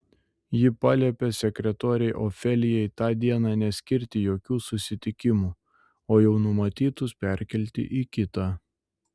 ji paliepė sekretorei ofelijai tą dieną neskirti jokių susitikimų o jau numatytus perkelti į kitą